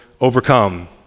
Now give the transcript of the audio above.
overcome